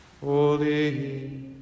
holy